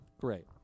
Great